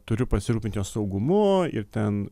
turiu pasirūpint jos saugumu ir ten